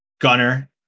gunner